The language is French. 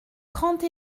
trente